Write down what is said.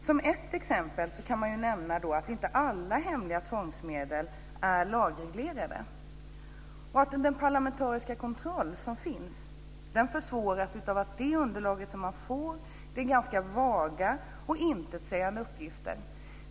Som ett exempel går det att nämna att inte alla hemliga tvångsmedel är lagreglerade och att den parlamentariska kontroll som finns försvåras av att det underlag som finns ger vaga och intetsägande uppgifter.